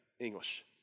English